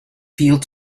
fields